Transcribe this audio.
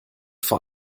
vor